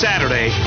Saturday